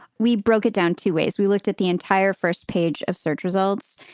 we broke it down two ways. we looked at the entire first page of search results.